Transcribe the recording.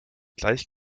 gleich